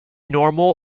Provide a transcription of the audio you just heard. normal